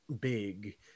big